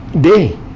day